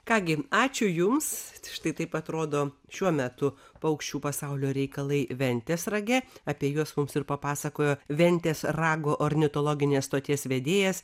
ką gi ačiū jums štai taip atrodo šiuo metu paukščių pasaulio reikalai ventės rage apie juos mums ir papasakojo ventės rago ornitologinės stoties vedėjas